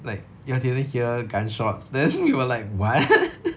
like you all didn't hear gunshots then we were like what